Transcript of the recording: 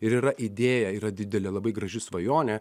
ir yra idėja yra didelė labai graži svajonė